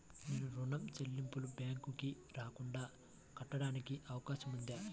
నేను ఋణం చెల్లింపులు బ్యాంకుకి రాకుండా కట్టడానికి అవకాశం ఉందా?